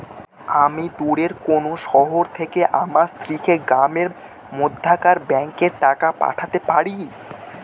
আমি দূরের কোনো শহর থেকে আমার স্ত্রীকে গ্রামের মধ্যেকার ব্যাংকে টাকা পাঠাতে পারি?